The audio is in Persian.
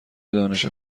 دانش